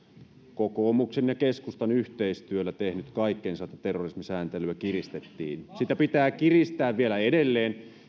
kokoomuksen ja keskustan yhteistyöllä tehnyt kaikkensa että terrorismin sääntelyä kiristettiin sitä pitää kiristää vielä edelleen